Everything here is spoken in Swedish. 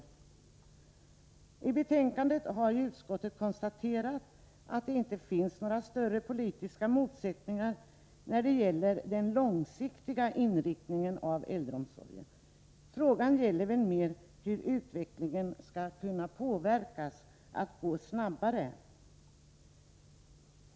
I sitt betänkande har utskottet konstaterat att det inte finns några större politiska motsättningar när det gäller den långsiktiga inriktningen av äldreomsorgen. Frågan gäller väl mer hur utvecklingen skall kunna påverkas, så att den går snabbare.